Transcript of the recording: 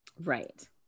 Right